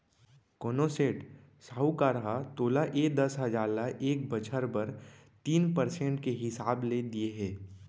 कोनों सेठ, साहूकार ह तोला ए दस हजार ल एक बछर बर तीन परसेंट के हिसाब ले दिये हे?